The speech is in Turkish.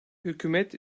hükümet